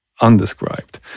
undescribed